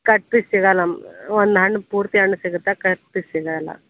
cut piece ಸಿಗಲ್ಲಮ್ಮ ಒಂದು ಹಣ್ಣು ಪೂರ್ತಿ ಹಣ್ ಸಿಗತ್ತೆ ಕಟ್ ಪೀಸ್ ಸಿಗೋಲ್ಲ